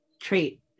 trait